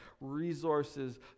resources